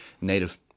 Native